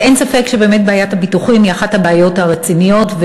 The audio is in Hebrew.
אין ספק שבעיית הביטוחים היא אחת הבעיות הרציניות,